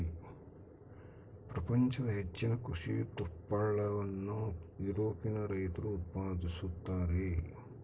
ಪ್ರಪಂಚದ ಹೆಚ್ಚಿನ ಕೃಷಿ ತುಪ್ಪಳವನ್ನು ಯುರೋಪಿಯನ್ ರೈತರು ಉತ್ಪಾದಿಸುತ್ತಾರೆ